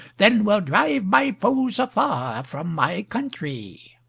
then will drive my foes afar from my countrie!